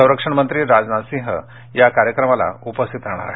संरक्षणमंत्री राजनाथ सिंह या कार्यक्रमाला उपस्थित राहणार आहेत